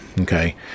okay